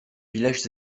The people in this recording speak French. villages